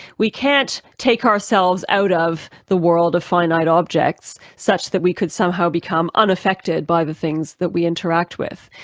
we can't take ourselves out of the world of finite objects such that we could somehow become unaffected by the things that we interact with.